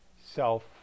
self